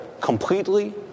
completely